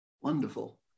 Wonderful